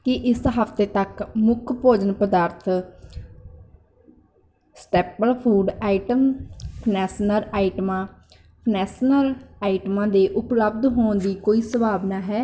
ਕੀ ਇਸ ਹਫ਼ਤੇ ਤੱਕ ਮੁੱਖ ਭੋਜਨ ਪਦਾਰਥ ਸਟੇਪਲ ਫੂਡ ਆਈਟਮ ਨੈਸਨਲ ਆਈਟਮਾਂ ਨੈਸਨਲ ਆਈਟਮਾਂ ਦੇ ਉਪਲੱਬਧ ਹੋਣ ਦੀ ਕੋਈ ਸੰਭਾਵਨਾ ਹੈ